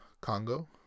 Congo